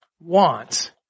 wants